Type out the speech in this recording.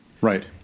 Right